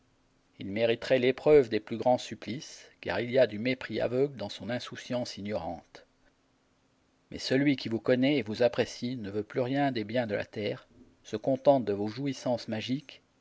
il mériterait l'épreuve des plus grands supplices car il y a du mépris aveugle dans son insouciance ignorante mais celui qui vous connaît et vous apprécie ne veut plus rien des biens de la terre se contente de vos jouissances magiques